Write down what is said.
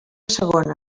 segona